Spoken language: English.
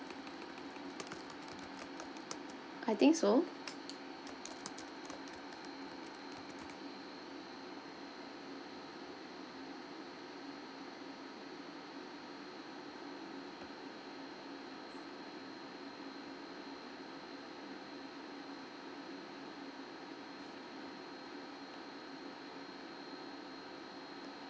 I think so